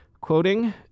quoting